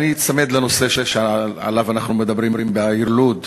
אני אצמד לנושא שעליו אנחנו מדברים, בעיר לוד.